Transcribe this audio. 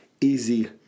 easy